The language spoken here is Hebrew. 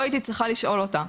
לא הייתי צריכה לשאול אותה.